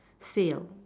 sale